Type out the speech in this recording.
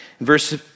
Verse